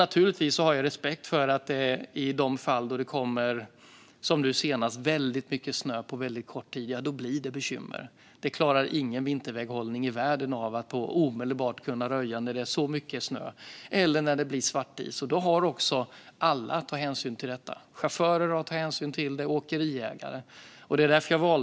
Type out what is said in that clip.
Naturligtvis har jag respekt för att det blir bekymmer i de fall då det kommer, som nu senast, väldigt mycket snö på väldigt kort tid. Ingen vinterväghållning i världen klarar av att omedelbart röja när det är så mycket snö eller när det blir svartis. Detta har alla att ta hänsyn till. Chaufförer liksom åkeriägare har att ta hänsyn till det.